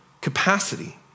capacity